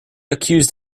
accused